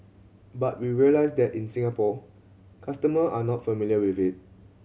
but we realise that in Singapore customer are not familiar with it